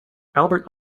albert